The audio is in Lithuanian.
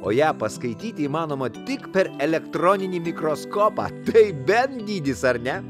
o ją paskaityti įmanoma tik per elektroninį mikroskopą tai bent dydis ar ne